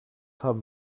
haben